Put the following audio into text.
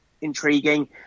intriguing